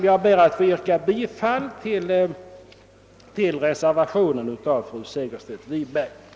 Jag ber att få yrka bifall till reservationen av fru Segerstedt Wiberg m.fl.